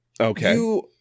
Okay